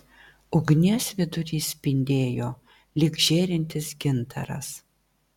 ugnies vidurys spindėjo lyg žėrintis gintaras